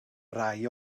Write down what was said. rai